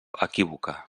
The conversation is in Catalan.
equívoca